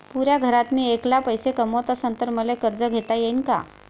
पुऱ्या घरात मी ऐकला पैसे कमवत असन तर मले कर्ज घेता येईन का?